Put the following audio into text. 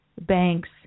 banks